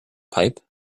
pipe